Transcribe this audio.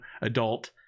adult